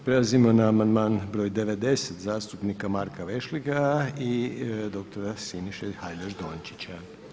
Prelazimo na amandman br. 90. zastupnika Marka Vešligaja i doktora Siniše Hajdaš Dončića.